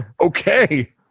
okay